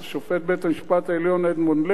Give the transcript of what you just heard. שופט בית-המשפט העליון אדמונד לוי,